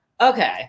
Okay